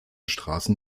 straßen